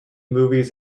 movies